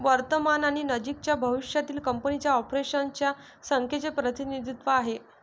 वर्तमान आणि नजीकच्या भविष्यातील कंपनीच्या ऑपरेशन्स च्या संख्येचे प्रतिनिधित्व आहे